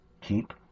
keep